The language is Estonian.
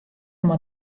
oma